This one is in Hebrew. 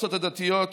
למועצות הדתיות,